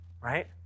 right